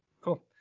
Cool